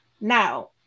Now